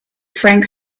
frank